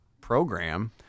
program